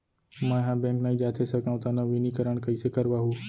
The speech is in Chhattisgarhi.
मैं ह बैंक नई जाथे सकंव त नवीनीकरण कइसे करवाहू?